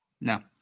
No